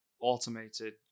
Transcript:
automated